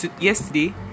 yesterday